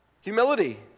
Humility